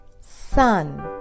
Sun